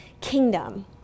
kingdom